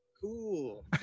Cool